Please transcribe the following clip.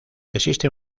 existe